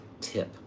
tip